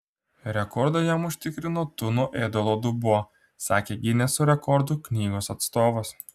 rekordą jam užtikrino tuno ėdalo dubuo sakė gineso rekordų knygos atstovas